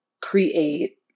create